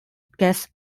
guest